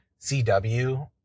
CW